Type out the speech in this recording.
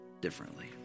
differently